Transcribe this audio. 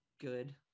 Good